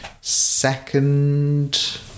second